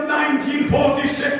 1946